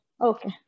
okay